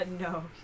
no